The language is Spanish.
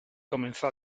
comenzó